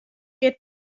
kear